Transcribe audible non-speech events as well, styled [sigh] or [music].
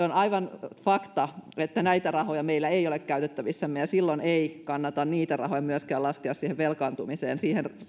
[unintelligible] on aivan fakta että näitä rahoja meillä ei ole käytettävissämme ja silloin ei kannata niitä rahoja myöskään laskea siihen velkaantumiseen